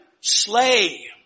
slay